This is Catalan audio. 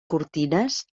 cortines